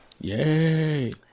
Yay